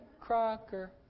Crocker